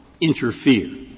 interfere